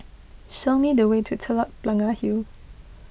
show me the way to Telok Blangah Hill